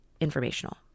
informational